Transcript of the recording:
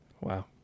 Wow